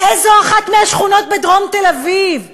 איזו אחת מהשכונות בדרום תל-אביב?